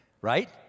Right